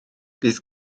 bydd